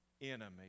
enemy